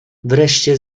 wreszcie